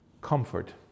Comfort